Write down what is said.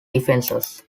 defenses